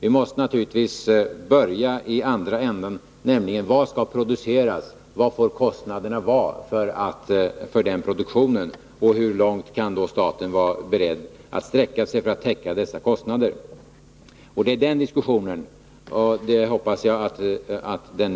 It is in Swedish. Vi måste naturligtvis börja i andra änden: Vad skall produceras? Hur stora får kostnaderna vara för den produktionen, och hur långt kan staten vara beredd att sträcka sig för att täcka dessa kostnader? Det är den diskussionen som måste komma till stånd.